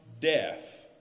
death